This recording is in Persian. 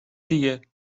دیگه